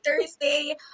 Thursday